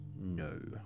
no